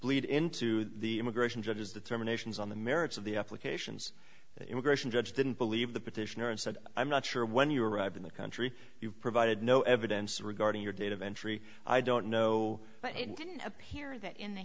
bleed into the immigration judges determinations on the merits of the applications immigration judge didn't believe the petitioner and said i'm not sure when you arrived in the country you provided no evidence regarding your date of entry i don't know but it didn't appear that in the